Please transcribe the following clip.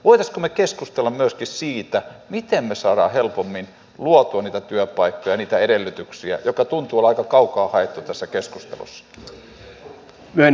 voisimmeko me keskustella myöskin siitä miten me saamme helpommin luotua niitä työpaikkoja niitä edellytyksiä jotka tuntuvat olevan aika kaukaa haettuja tässä keskustelussa